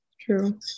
true